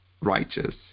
righteous